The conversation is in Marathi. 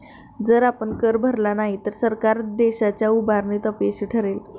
जर आपण कर भरला नाही तर सरकार देशाच्या उभारणीत अपयशी ठरतील